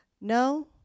no